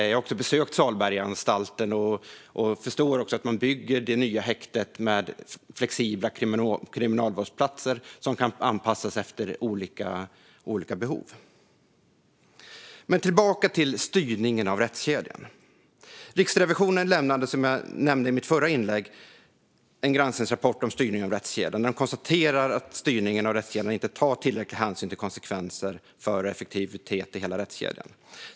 Jag har besökt Salbergaanstalten och förstår att man där bygger det nya häktet med flexibla kriminalvårdsplatser som kan anpassas efter olika behov. Åter till styrningen av rättskedjan. Som jag nämnde i mitt förra inlägg lämnade Riksrevisionen förra året en granskningsrapport om styrningen av rättskedjan. Där konstaterar man att styrningen av rättskedjan inte tar tillräcklig hänsyn till konsekvenser för och effektivitet i hela rättskedjan.